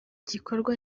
gikorwa